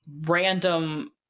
random